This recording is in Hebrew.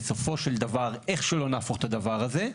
בסופו של דבר איך שלא נהפוך את הדבר הזה,